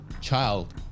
child